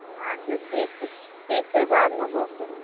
अच्छा ठीक छै बादमे गप करब